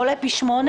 עולה פי שמונה